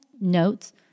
notes